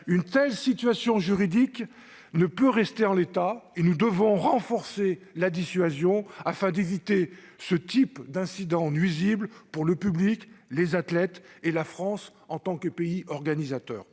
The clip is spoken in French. Une telle situation juridique ne peut subsister et nous devons renforcer la dissuasion afin d'éviter ce type d'incident nuisible au public, aux athlètes et à la France en tant que pays organisateur.